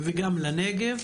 וגם לנגב.